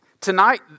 tonight